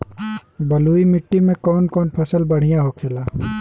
बलुई मिट्टी में कौन कौन फसल बढ़ियां होखेला?